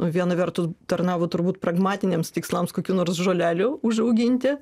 viena vertus tarnavo turbūt pragmatiniams tikslams kokių nors žolelių užauginti